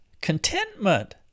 contentment